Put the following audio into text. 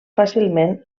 fàcilment